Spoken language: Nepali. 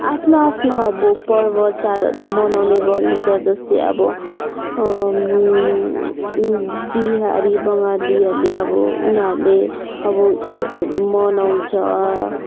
आफ्नो आफ्नो अब पर्व चाडहरू मनाउने गरिन्छ जस्तै अब बिहारी बङ्गालीहरूले अब उनीहरूले अब ईदहरू मनाउँछ